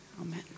Amen